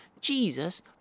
Jesus